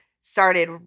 started